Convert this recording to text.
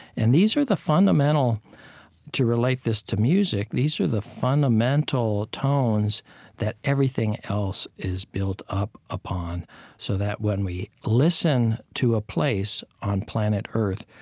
and these are the fundamental to relate this to music, these are the fundamental tones that everything else is built up upon so that, when we listen to a place on planet earth,